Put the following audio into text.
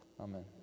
Amen